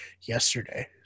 yesterday